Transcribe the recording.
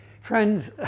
Friends